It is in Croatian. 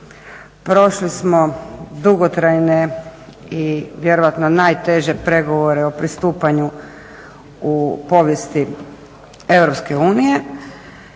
Prošli smo dugotrajne i vjerojatno najteže pregovore o pristupanju u povijesti EU